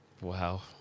Wow